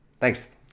Thanks